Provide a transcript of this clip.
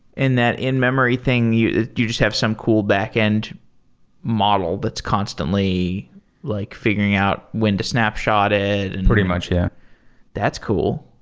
and that in-memory thing, you you just have some cool backend model that's constantly like figuring out when to snapshot it. and pretty much, yeah that's cool.